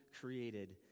created